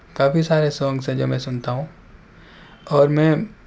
کافی سارے سانگس ہیں جو میں سنتا ہوں اور میں